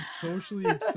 socially